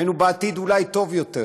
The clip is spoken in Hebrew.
היינו אולי בעתיד טוב יותר.